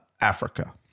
Africa